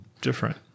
different